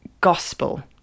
gospel